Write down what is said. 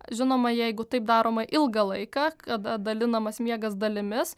žinoma jeigu taip daroma ilgą laiką kada dalinamas miegas dalimis